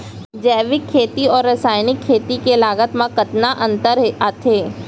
जैविक खेती अऊ रसायनिक खेती के लागत मा कतना अंतर आथे?